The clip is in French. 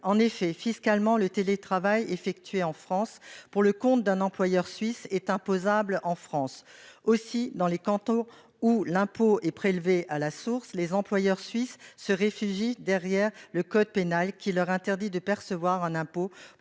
En effet, fiscalement, le télétravail effectué en France pour le compte d'un employeur suisse est imposable en France. Aussi, dans les cantons où l'impôt est prélevé à la source, les employeurs suisses se réfugient derrière le code pénal, qui leur interdit de percevoir un impôt